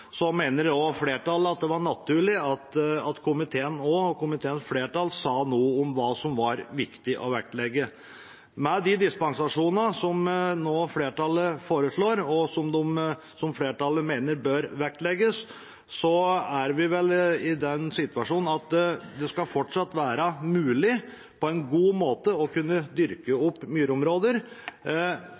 det var naturlig at komiteen sa noe om hva som var viktig å vektlegge. Med de dispensasjonene som flertallet nå foreslår, og som flertallet mener bør vektlegges, er vi vel i den situasjonen at det fortsatt skal være mulig på en god måte å kunne dyrke opp myrområder